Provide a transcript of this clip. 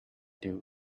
due